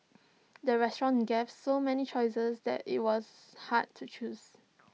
the restaurant gave so many choices that IT was hard to choose